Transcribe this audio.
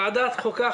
ועדת חוקה,